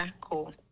Cool